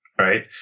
right